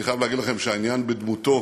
אני חייב להגיד לכם שהעניין בדמותו,